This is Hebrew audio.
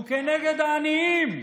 הוא כנגד העניים,